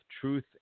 truth